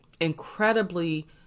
incredibly